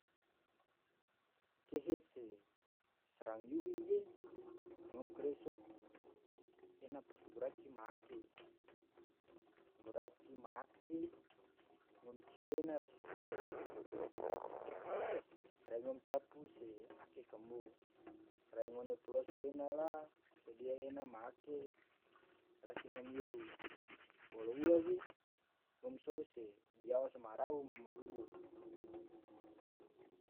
kehe se srang yuhi ge ngom kare sou ena pake goraci ma ake, goraci ma ake ngom ciru ena rasi, rai ongom capu se ake kambo, rai ngone poloso ena la sodia ena ma ake rasi ngom yuru, bolo uage ngom sou se giawas ma rau madubo.